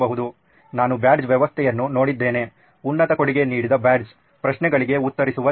ನಾನು ಬ್ಯಾಡ್ಜ್ ವ್ಯವಸ್ಥೆಯನ್ನು ನೋಡಿದ್ದೇನೆ ಉನ್ನತ ಕೊಡುಗೆ ನೀಡಿದ ಬ್ಯಾಡ್ಜ್ ಪ್ರಶ್ನೆಗಳಿಗೆ ಉತ್ತರಿಸುವ ಜನರು